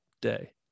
day